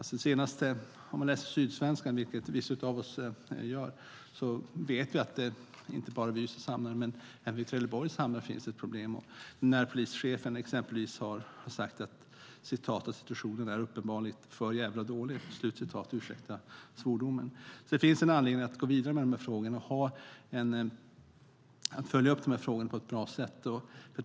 Läser man Sydsvenskan, vilket vissa av oss gör, vet man att det inte bara i Ystads hamn utan även i Trelleborgs hamn finns ett problem. Exempelvis har närpolischefen sagt att "situationen är uppenbarligen för jävla dålig" - ursäkta svordomen. Det finns alltså anledning att gå vidare med och följa upp dessa frågor på ett bra sätt.